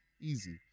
easy